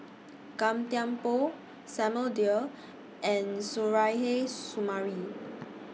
Gan Thiam Poh Samuel Dyer and Suzairhe Sumari